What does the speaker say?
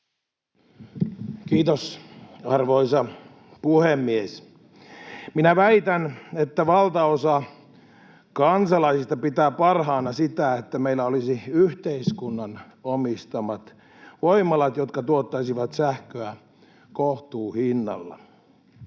Kiitos, arvoisa puhemies! Minä väitän, että valtaosa kansalaisista pitää parhaana sitä, että meillä olisi yhteiskunnan omistamat voimalat, jotka tuottaisivat sähköä kohtuuhinnalla.